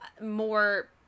more